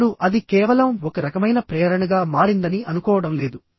మెదడు అది కేవలం ఒక రకమైన ప్రేరణగా మారిందని అనుకోవడం లేదు